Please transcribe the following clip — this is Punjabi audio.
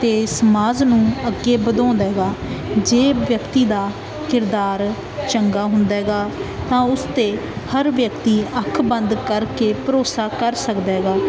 ਅਤੇ ਸਮਾਜ ਨੂੰ ਅੱਗੇ ਵਧਾਉਂਦਾ ਗਾ ਜੇ ਵਿਅਕਤੀ ਦਾ ਕਿਰਦਾਰ ਚੰਗਾ ਹੁੰਦਾ ਗਾ ਤਾਂ ਉਸ 'ਤੇ ਹਰ ਵਿਅਕਤੀ ਅੱਖ ਬੰਦ ਕਰਕੇ ਭਰੋਸਾ ਕਰ ਸਕਦਾ ਹੈਗਾ